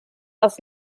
aus